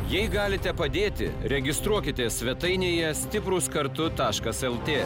jei galite padėti registruokitės svetainėje stiprūs kartu taškas lt